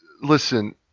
listen